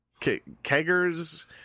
Keggers